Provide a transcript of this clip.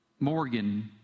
morgan